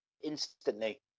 instantly